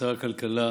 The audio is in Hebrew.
שר הכלכלה